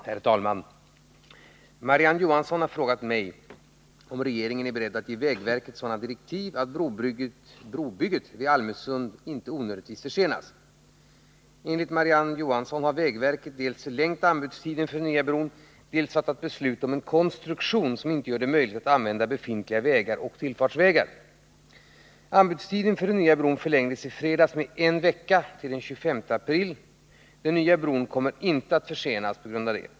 Herr talman! Marie-Ann Johansson har frågat mig om regeringen är beredd att ge vägverket sådana direktiv att brobygget vid Almösund inte onödigtvis försenas. Enligt Marie-Ann Johansson har vägverket dels förlängt anbudstiden för den nya bron, dels fattat beslut om en konstruktion som inte gör det möjligt att använda befintliga vägar och tillfartsvägar. Anbudstiden för den nya bron förlängdes i fredags med en vecka till den 25 april. Den nya bron kommer inte att försenas på grund av detta.